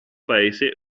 paese